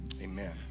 Amen